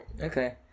Okay